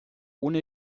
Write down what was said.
ohne